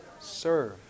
serve